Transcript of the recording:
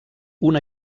una